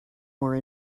more